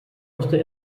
wusste